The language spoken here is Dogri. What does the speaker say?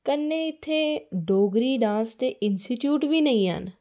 कन्नै इत्थै डोगरी डांस दे इंस्टीट्यूट बी निं ऐ न